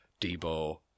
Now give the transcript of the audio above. Debo